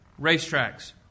racetracks